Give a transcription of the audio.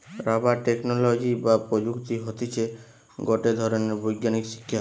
rubber technology বা প্রযুক্তি হতিছে গটে ধরণের বৈজ্ঞানিক শিক্ষা